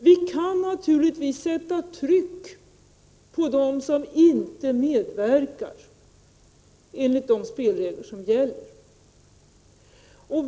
Vi kan naturligtvis sätta tryck på dem som inte medverkar, enligt de spelregler som gäller.